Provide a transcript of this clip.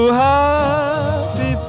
happy